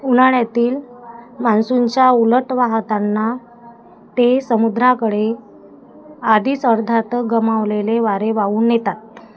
उन्हाळ्यातील मान्सूनच्या उलट वाहताना ते समुद्राकडे आधीच अर्धात गमावलेले वारे वाहून नेतात